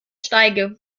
steige